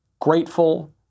grateful